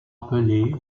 appelé